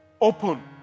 Open